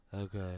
Okay